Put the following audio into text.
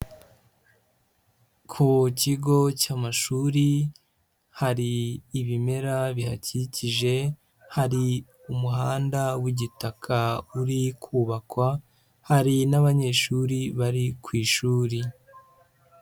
Ku kigo cy'amashuri hari ibimera bihakikije, hari umuhanda w'igitaka uri kubakwa, hari n'abanyeshuri bari ku ishuri.